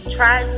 try